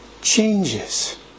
changes